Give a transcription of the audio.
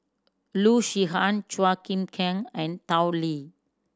Loo Zihan Chua Chim Kang and Tao Li